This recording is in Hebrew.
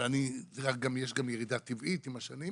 אבל יש גם ירידה טבעית עם השנים,